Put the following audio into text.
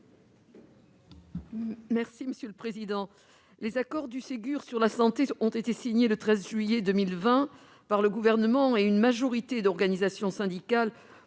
Mélot, sur l'article. Les accords du Ségur de la santé ont été signés le 13 juillet dernier par le Gouvernement et une majorité d'organisations syndicales.